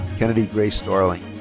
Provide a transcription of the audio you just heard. kennedy grace starling.